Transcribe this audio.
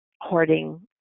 hoarding